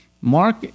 mark